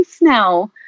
now